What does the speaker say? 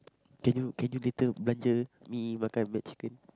can you can you later belanja me makan McChicken